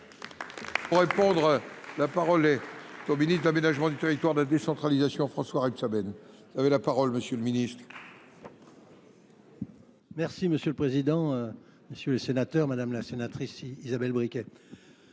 Pour répondre, la parole est au ministre d'Aménagement du territoire de la décentralisation, François Rebsaben. Vous avez la parole, monsieur le ministre. Merci Monsieur le Président, Monsieur le Sénateur, Madame la Sénatrice Isabelle Bricquet.